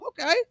Okay